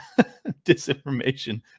disinformation